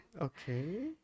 okay